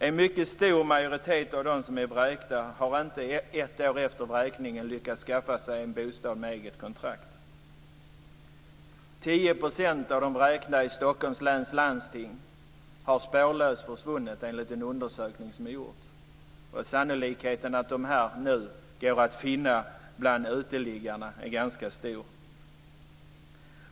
En mycket stor majoritet av dem som är vräkta har inte ett år efter vräkningen lyckats skaffa sig en bostad med eget kontrakt. 10 % av de vräkta i Stockholms läns landsting har spårlöst försvunnit enligt en undersökning som har gjorts. Sannolikheten att dessa nu går att finna bland uteliggarna är ganska stor.